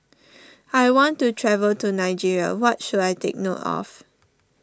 I want to travel to Nigeria what should I take note of